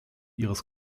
ihres